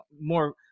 more